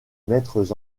maîtres